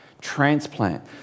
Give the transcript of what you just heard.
transplant